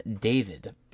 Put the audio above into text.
David